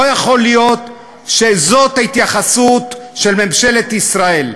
לא יכול להיות שזאת ההתייחסות של ממשלת ישראל.